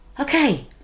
Okay